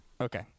Okay